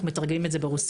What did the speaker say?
אנחנו מתרגמים את זה לרוסית.